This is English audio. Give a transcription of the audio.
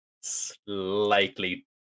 slightly